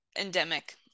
endemic